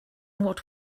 what